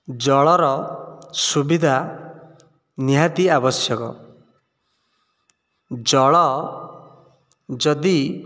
ଜଳର ସୁବିଧା ନିହାତି ଆବଶ୍ୟକ ଜଳ ଯଦି